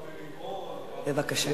בבקשה.